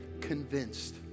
convinced